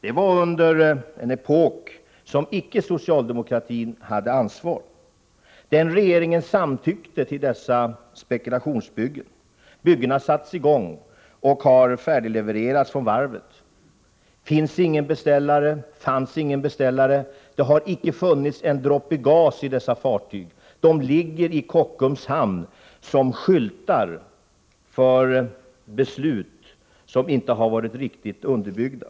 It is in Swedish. Det var under en epok då socialdemokratin icke hade regeringsansvar. Den dåvarande regeringen samtyckte till dessa spekulationsbyggen. Man satte i gång byggena, och fartygen har färdiglevererats. Det fanns ingen beställare och det finns ingen beställare. Det har icke funnits en droppe gas i dessa fartyg. De ligger i Kockums hamn som skyltar för beslut som inte har varit riktigt underbyggda.